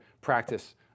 practice